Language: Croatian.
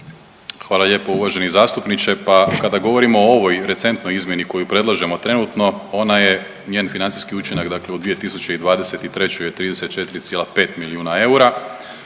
Hvala lijepo uvaženi zastupniče. Pa kada govorimo o ovoj recentnoj izmjeni koju predlažemo trenutno ona je, njen financijski učinak dakle u 2023. je 34,5 milijuna eura